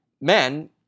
Men